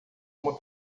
uma